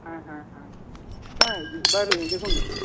হ্যাঁ হ্যাঁ হ্যাঁ হ্যাঁ এবার দেখুন